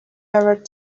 never